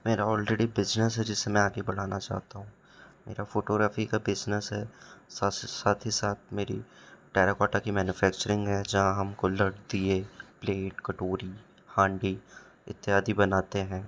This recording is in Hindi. मेरा ऑलरेडी बिजनेस है जिसे मैं आगे बढ़ाना चाहता हूँ मेरा फ़ोटोग्राफी का बिजनेस है साथ से साथ ही साथ मेरी टेराकोटा की मैन्युफैक्चरिंग है जहाँ हम कुलड़ दिए प्लेट कटोरी हांडी इत्यादि बनाते हैं